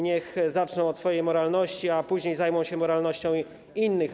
Niech zaczną od swojej moralności, a później zajmą się moralnością innych.